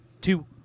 two